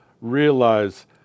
realize